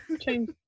change